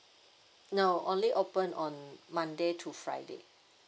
no only open on monday to friday